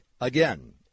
Again